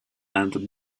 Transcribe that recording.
and